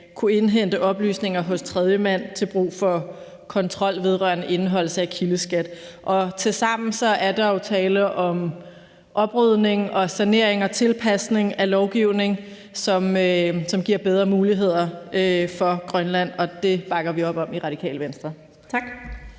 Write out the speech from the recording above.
kunne indhente oplysninger hos tredjemand til brug for kontrol vedrørende indeholdelse af kildeskat. Tilsammen er der jo tale om en oprydning, sanering og tilpasning af lovgivningen, som giver bedre muligheder for Grønland, og det bakker vi op om i Radikale Venstre. Tak.